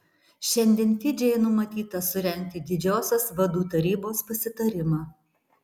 šiandien fidžyje numatyta surengti didžiosios vadų tarybos pasitarimą